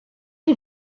chi